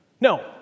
No